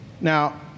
Now